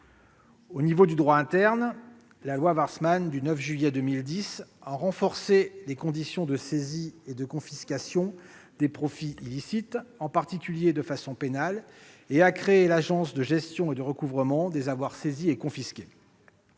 illicite. En droit interne, la loi Warsmann, du 9 juillet 2010, a renforcé les conditions de saisie et de confiscation des profits illicites, en particulier en matière pénale, et a créé l'Agence de gestion et de recouvrement des avoirs saisis et confisqués.